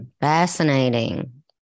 Fascinating